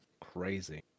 crazy